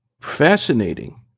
fascinating